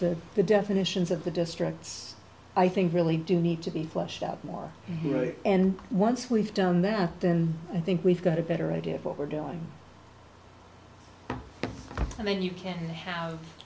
that the definitions of the districts i think really do need to be fleshed out more and once we've done that then i think we've got a better idea of what we're doing and then you can have